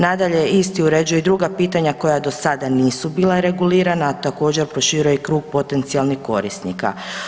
Nadalje, isti uređuju i druga pitanja koja do sada nisu bila regulirana, a također proširuje i krug potencijalnih korisnika.